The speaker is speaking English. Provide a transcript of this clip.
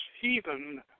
heathen